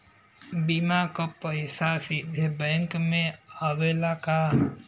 बीमा क पैसा सीधे बैंक में आवेला का?